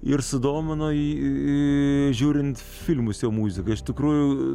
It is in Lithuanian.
ir sudomino jį jį žiūrint filmus jo muziką iš tikrųjų